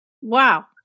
Wow